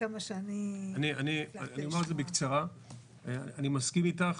אני מסכים איתך.